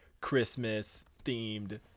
Christmas-themed